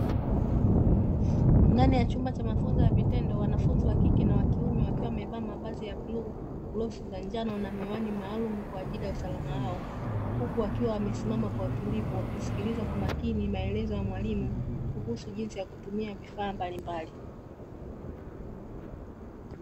Ndani ya chumba cha mafunzo ya vitendo, wanafunzi wa kike na wa kiume wakiwa wamevaa mavazi ya bluu, glavu za njano na miwani maalumu kwa ajili ya usalama wao, huku wakiwa wamesimama kwa utulivu wakisikiliza kwa makini maelezo ya mwalimu, kuhusu jinsi ya kutumia vifaa mbalimbali.